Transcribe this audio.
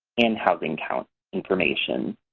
and housing count information.